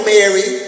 Mary